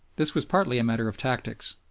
this was partly a matter of tactics.